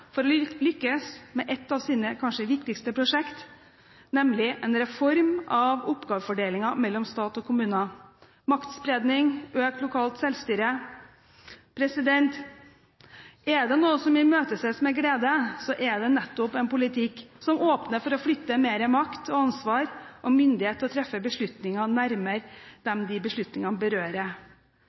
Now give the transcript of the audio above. for å lykkes med et av sine kanskje viktigste prosjekt, nemlig en reform av oppgavefordelingen mellom stat og kommune, maktspredning og økt lokalt selvstyre. Er det noe som imøteses med glede, er det nettopp en politikk som åpner for å flytte mer makt og ansvar og myndighet til å treffe beslutninger, nærmere dem beslutningene berører.